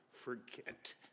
forget